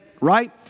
right